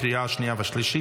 לקריאה השנייה והשלישית.